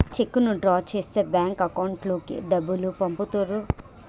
చెక్కును డ్రా చేస్తే bank account లోకి డబ్బులు పంపుతుర్రు